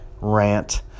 rant